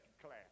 class